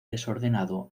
desordenado